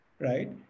right